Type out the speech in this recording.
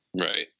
Right